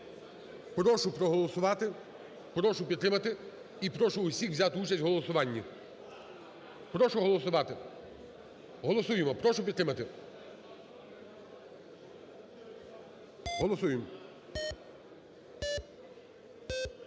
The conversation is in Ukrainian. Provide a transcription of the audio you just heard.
Прошу проголосувати, прошу підтримати і прошу усіх взяти участь в голосуванні. Прошу голосувати. Голосуємо. Прошу підтримати. Голосуємо.